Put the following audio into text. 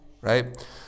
right